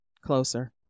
closer